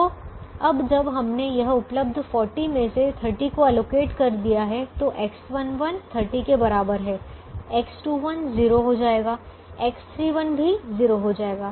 तो अब जब हमने यहां उपलब्ध 40 में से 30 को आवंटित कर दिया है तो X11 30 के बराबर है X21 0 हो जाएगा X31 भी 0 हो जाएगा